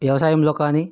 వ్యవసాయంలో కాని